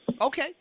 Okay